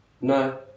No